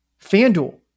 FanDuel